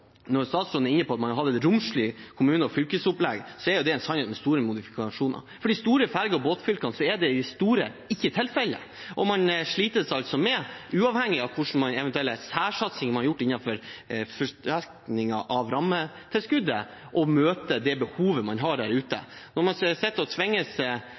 er en sannhet med store modifikasjoner. For de store ferge- og båtfylkene er det i stort ikke tilfellet. Man sliter med – uavhengig av hvilke eventuelle særsatsinger man har gjort innenfor fordelingen av rammetilskuddet – å møte det behovet man har der ute. Når man gjennom det man kaller demografiske endringer i befolkningen, slites mellom å legge ned skoleklasser og